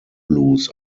blues